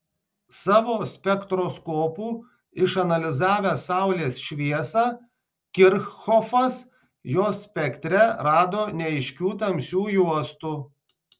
savo spektroskopu išanalizavęs saulės šviesą kirchhofas jos spektre rado neaiškių tamsių juostų